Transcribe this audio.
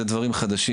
זה דברים חדשים,